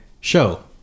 show